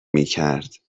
میکرد